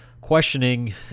questioning